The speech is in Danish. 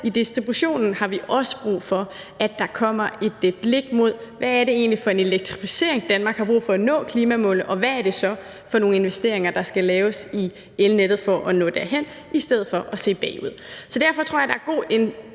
i distributionen, at vi også har brug for, at der kommer et blik mod, hvad det egentlig er for en elektrificering, Danmark har brug for for at nå klimamålet, og hvad det er for nogle investeringer, der skal laves i elnettet, for at nå derhen, i stedet for at vi ser bagud. Vi mener, at der er god